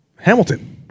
Hamilton